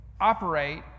operate